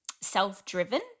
self-driven